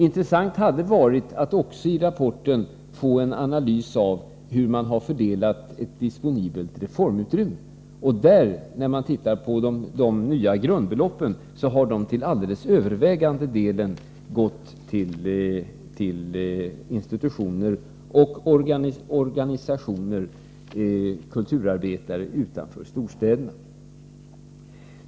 Intressant hade varit att i rapporten få en analys av hur man fördelat ett disponibelt resursutrymme. Om man ser på de nya grundbeloppen, finner man att de till den helt övervägande delen har gått till institutioner, organistioner och kulturarbetare utanför storstäderna.